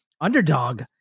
underdog